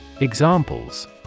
EXAMPLES